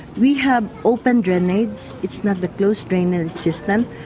we have open drainage. it's it's not the closed drainage system.